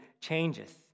changes